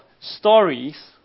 stories